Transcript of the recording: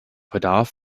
bedarf